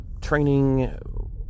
training